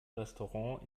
restaurant